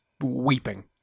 weeping